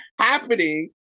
Happening